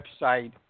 website